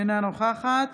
אינה נוכחת